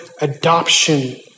adoption